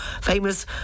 famous